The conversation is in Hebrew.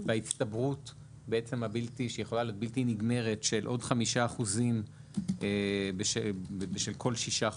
וההצטברות שיכולה להיות בלתי נגמרת של עוד 5 אחוזים בשל כל שישה חודשים,